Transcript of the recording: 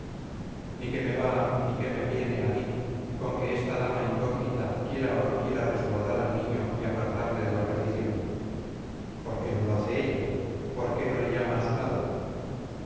ni qué me va ni qué me viene a mí con que esta dama incógnita quiera o no quiera resguardar al niño y apartarle de la perdición por qué no lo hace ella por qué no le llama a su lado